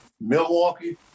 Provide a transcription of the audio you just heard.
Milwaukee